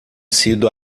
sido